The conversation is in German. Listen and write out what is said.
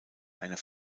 einer